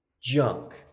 junk